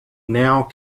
now